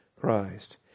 Christ